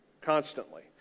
constantly